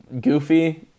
goofy